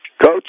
Coach